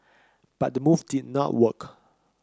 but the move did not work